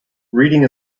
reading